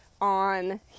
on